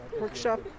workshop